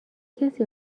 کسی